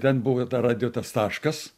ten buvo ta radijo tas taškas